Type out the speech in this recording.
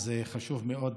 אז חשוב מאוד,